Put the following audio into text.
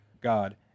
God